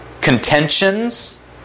contentions